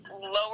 lower